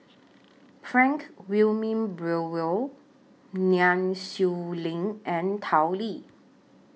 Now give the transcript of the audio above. Frank Wilmin Brewer Nai Swee Leng and Tao Li